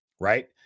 right